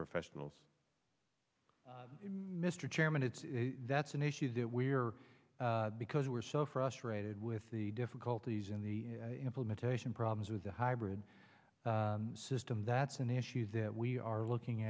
professionals mr chairman it's that's an issue that we are because we're so frustrated with the difficulties in the implementation problems with the hybrid system that's an issue that we are looking